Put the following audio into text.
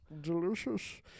Delicious